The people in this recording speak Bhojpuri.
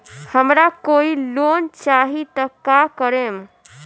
हमरा कोई लोन चाही त का करेम?